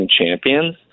Champions